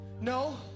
No